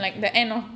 okay